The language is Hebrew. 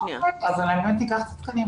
יש לכם תקנים שהעירייה מממנת?